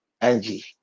angie